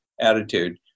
attitude